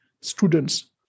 students